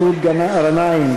מסעוד גנאים,